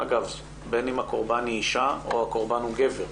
בין אם הקורבן היא אישה או הקורבן הוא גבר,